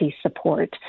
support